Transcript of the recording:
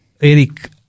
Eric